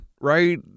right